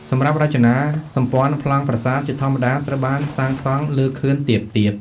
សម្រាប់រចនាសម្ព័ន្ធប្លង់ប្រាសាទជាធម្មតាត្រូវបានសាងសង់លើ ខឿនទាបៗ។